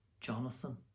Jonathan